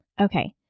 Okay